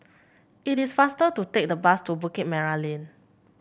it is faster to take the bus to Bukit Merah Lane